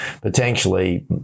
potentially